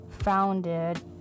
founded